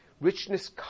Richness